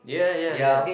ya ya ya